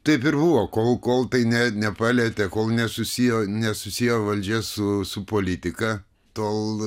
taip ir buvo kol kol tai ne nepalietė kol nesusiejo nesusijo valdžia su su politika tol